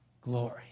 glory